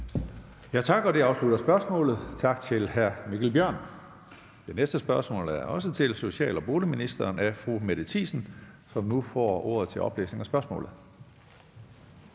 Tak. Det afslutter spørgsmålet. Tak til hr. Mikkel Bjørn. Det næste spørgsmål er også til social- og boligministeren og er stillet af fru Mette Thiesen, som nu får ordet til oplæsning af spørgsmålet.